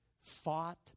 fought